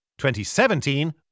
2017